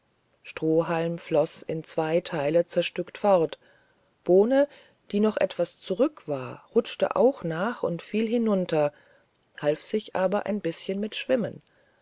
strohhalm floß in zwei theile zerstückt fort bohne die noch etwas zurück war rutschte auch nach und fiel hinunter half sich aber ein bischen mit schwimmen